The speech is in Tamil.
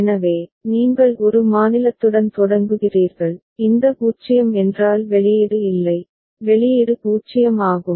எனவே நீங்கள் ஒரு மாநிலத்துடன் தொடங்குகிறீர்கள் இந்த 0 என்றால் வெளியீடு இல்லை வெளியீடு 0 ஆகும்